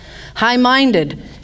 High-minded